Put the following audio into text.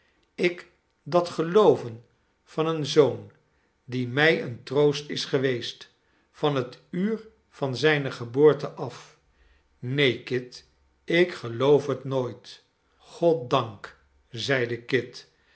ik dat gelooven van een zoon die mij een troost is geweest van het uur van zijne geboorte af neen kit ik geloof het nooit goddank zeide kit